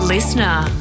Listener